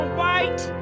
white